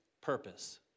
purpose